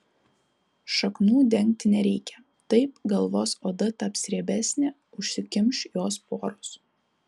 šaknų dengti nereikia taip galvos oda taps riebesnė užsikimš jos poros